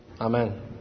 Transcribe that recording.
Amen